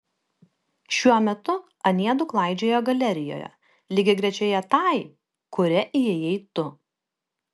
šiuo metu anie du klaidžioja galerijoje lygiagrečioje tai kuria įėjai tu